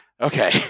Okay